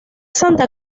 santa